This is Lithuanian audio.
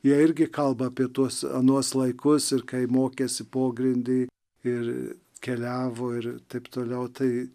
jie irgi kalba apie tuos anuos laikus ir kai mokėsi pogrindy ir keliavo ir taip toliau tai